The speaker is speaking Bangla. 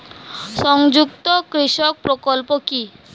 সংযুক্ত কৃষক প্রকল্প কি?